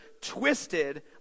twisted